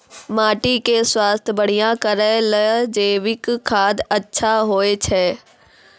माटी के स्वास्थ्य बढ़िया करै ले जैविक खाद अच्छा होय छै?